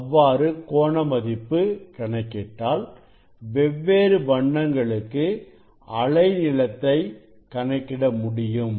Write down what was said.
அவ்வாறு கோண மதிப்பு கணக்கிட்டால் வெவ்வேறு வண்ணங்களுக்கு அலை நீளங்களை கணக்கிட முடியும்